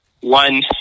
one